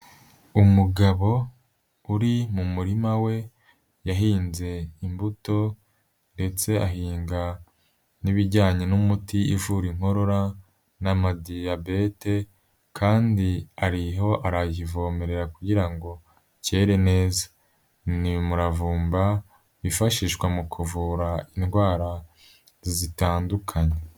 Umugabo uri mu murima we yahinze imbuto ndetse ahinga n'ibijyanye n'umuti ivura inkorora n'amadiyabete kandi ariho arayivomerera kugira ngo cye neza, ni umuravumba wifashishwa mu kuvura indwara zitandukanye.